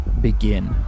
begin